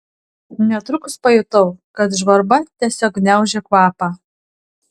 netrukus pajutau kad žvarba tiesiog gniaužia kvapą